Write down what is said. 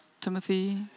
Timothy